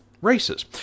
races